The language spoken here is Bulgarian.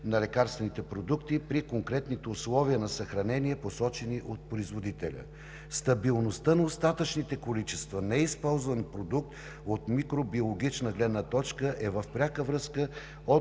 на лекарствените продукти при конкретните условия на съхранение, посочени от производителя. Стабилността на остатъчните количества неизползван продукт от микробиологична гледна точка е в пряка връзка от